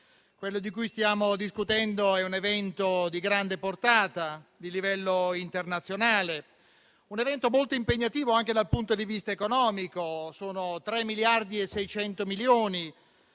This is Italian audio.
quello di cui stiamo discutendo è un evento di grande portata, di livello internazionale; un evento molto impegnativo, anche dal punto di vista economico. La spesa è pari a 3,6 miliardi,